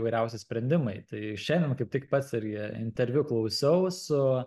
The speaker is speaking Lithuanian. įvairiausi sprendimai tai šiandien kaip tik pats irgi interviu klausiau su